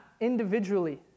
individually